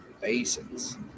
basins